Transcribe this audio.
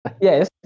Yes